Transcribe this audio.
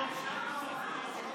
וכמובן שאינך חייב להידרש לכולן.